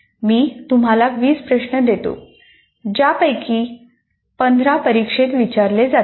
मी तुम्हाला 20 प्रश्न देतो ज्यापैकी 15 परीक्षेत विचारले जातील